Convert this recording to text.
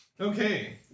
Okay